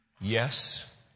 Yes